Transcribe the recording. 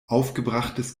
aufgebrachtes